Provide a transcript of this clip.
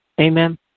Amen